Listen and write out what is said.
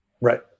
right